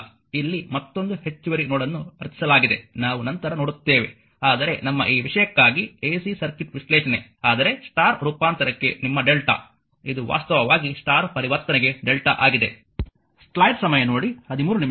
ಇಲ್ಲಿ ಮತ್ತೊಂದು ಹೆಚ್ಚುವರಿ ನೋಡ್ ಅನ್ನು ರಚಿಸಲಾಗಿದೆ ನಾವು ನಂತರ ನೋಡುತ್ತೇವೆ ಆದರೆ ನಮ್ಮ ಈ ವಿಷಯಕ್ಕಾಗಿ ಎಸಿ ಸರ್ಕ್ಯೂಟ್ ವಿಶ್ಲೇಷಣೆ ಆದರೆ ಸ್ಟಾರ್ ರೂಪಾಂತರಕ್ಕೆ ನಿಮ್ಮ ಡೆಲ್ಟಾ ಇದು ವಾಸ್ತವವಾಗಿ ಸ್ಟಾರ್ ಪರಿವರ್ತನೆಗೆ ಡೆಲ್ಟಾ ಆಗಿದೆ